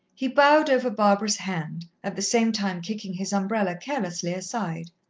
he bowed over barbara's hand, at the same time kicking his umbrella carelessly aside.